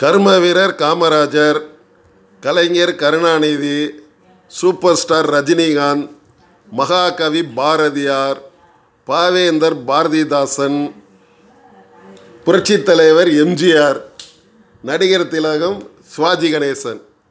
கர்மவீரர் Kamarajar Kalaignar Karunanidhi super star Rajinikanth மகாகவி பாரதியார் பாவேந்தர் பாரதிதாசன் புரட்சி தலைவர் எம் ஜி ஆர் நடிகர் திலகம் சிவாஜி கணேசன்